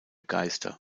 geister